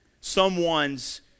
someone's